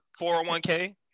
401k